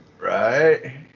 Right